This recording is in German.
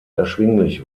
erschwinglich